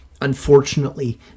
unfortunately